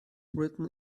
written